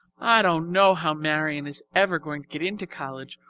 i don't know how marion is ever going to get into college,